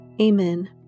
Amen